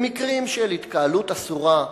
במקרים של התקהלות אסורה,